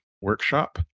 Workshop